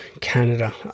Canada